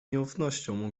nieufnością